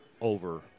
over